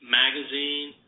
magazine